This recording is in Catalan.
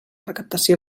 recaptació